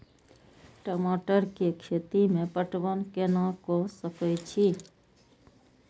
टमाटर कै खैती में पटवन कैना क सके छी?